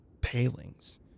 palings